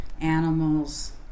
animals